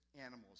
animals